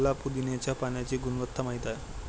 मला पुदीन्याच्या पाण्याची गुणवत्ता माहित आहे